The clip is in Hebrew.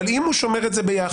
אבל אם הוא שומר את זה ביחד,